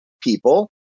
people